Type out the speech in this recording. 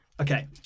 Okay